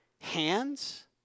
hands